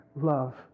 love